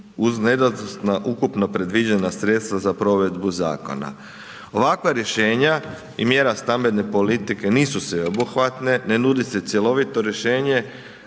uz nedostatna ukupno predviđena sredstva za provedbu zakona. Ovakva rješenja i mjera stambene politike nisu sveobuhvatne, ne nudi se cjelovito rješenje